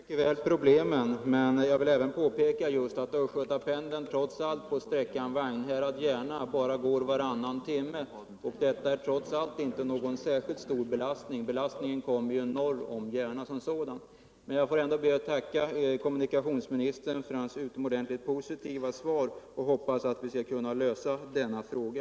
Herr talman! Jag förstår mycket väl problemen, men jag vill påpeka att just Östgötapendeln på sträckan Vagnhärad-Järna bara går varannan timme, och det är trots allt inte någon särskilt stor belastning. Belastningen kommer norr om Järna. Jag ber ändå att få tacka kommunikationsministern för hans utomordentligt positiva svar och hoppas att vi på sikt skall kunna lösa denna fråga.